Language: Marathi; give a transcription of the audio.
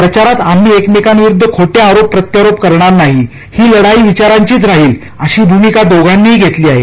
प्रचारात आम्ही एकमेकांविरुद्ध खोटे आरोप प्रत्यारोप करणार नाही ही लढाई विचारांचीच राहील अशी भूमिका दोघांनीही घेतली आहे